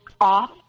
off